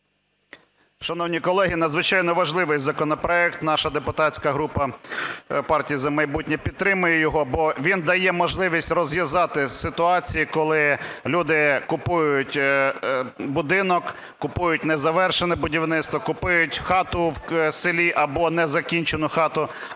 Шановні колеги, надзвичайно важливий законопроект. Наша депутатська група "Партія "За майбутнє" підтримає його. Бо він дає можливість розв'язати ситуації, коли люди купують будинок, купують незавершене будівництво, купують хату в селі або незакінчену хату,